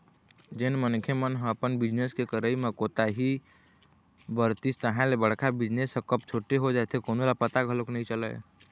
जेन मनखे मन ह अपन बिजनेस के करई म कोताही बरतिस तहाँ ले बड़का बिजनेस ह कब छोटे हो जाथे कोनो ल पता घलोक नइ चलय